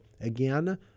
Again